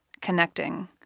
Connecting